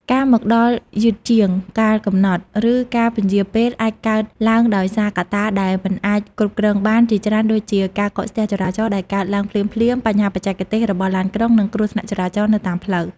ការមកដល់យឺតជាងកាលកំណត់ ឬការពន្យារពេល អាចកើតឡើងដោយសារ កត្តាដែលមិនអាចគ្រប់គ្រងបាន ជាច្រើនដូចជា ការកកស្ទះចរាចរណ៍ដែលកើតឡើងភ្លាមៗ បញ្ហាបច្ចេកទេសរបស់ឡានក្រុង និងគ្រោះថ្នាក់ចរាចរណ៍នៅតាមផ្លូវ។